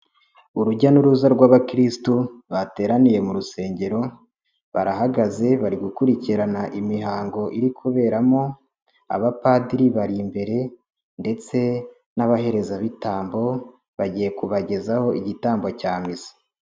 Urujya n'uruza rw'abakristu bateraniye mu rusengero, barahagaze bari gukurikirana imihango iri kuberamo, abapadiri bari imbere ndetse n'abaherezabitambo, bagiye kubagezaho igitambo cya misa.